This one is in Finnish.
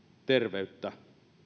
terveyttä